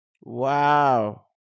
Wow